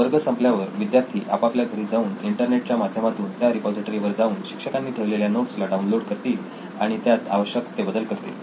वर्ग संपल्यानंतर विद्यार्थी आपापल्या घरी जाऊन इंटरनेट च्या माध्यमातून त्या रिपॉझिटरी वर जाऊन शिक्षकांनी ठेवलेल्या नोट्सला डाउनलोड करतील आणि त्यात आवश्यक ते बदल करतील